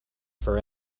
for